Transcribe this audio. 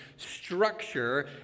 Structure